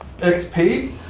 XP